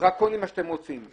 דרקוניות בסמכות שאתם רוצים לתת,